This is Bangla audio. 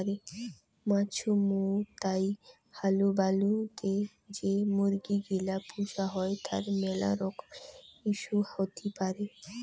মাছুমৌতাই হালুবালু তে যে মুরগি গিলা পুষা হই তার মেলা রকমের ইস্যু হতি পারে